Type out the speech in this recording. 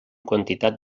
quantitat